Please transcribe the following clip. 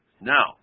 Now